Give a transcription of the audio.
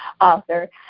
author